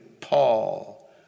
Paul